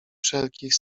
wszelkich